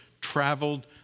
traveled